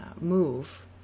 move